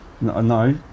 No